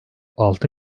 altı